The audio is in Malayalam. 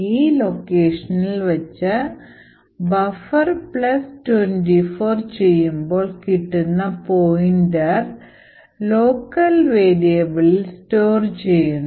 ഈ ലൊക്കേഷനിൽ വെച്ച് buffer പ്ലസ് 24 ചെയ്യുമ്പോൾ കിട്ടുന്ന പോയിന്റർ ലോക്കൽ വേരിയബിൾഇൽ സ്റ്റോർ ചെയ്യുന്നു